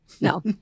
No